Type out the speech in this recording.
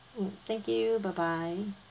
mm thank you bye bye